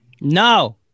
No